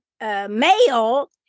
male